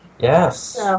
Yes